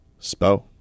Spo